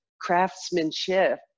craftsmanship